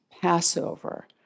Passover